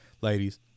ladies